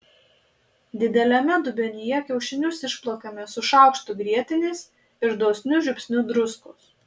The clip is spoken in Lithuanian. dideliame dubenyje kiaušinius išplakame su šaukštu grietinės ir dosniu žiupsniu druskos